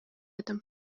этом